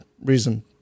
reason